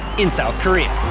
in south korea.